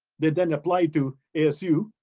they then apply to asu.